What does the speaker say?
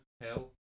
Hell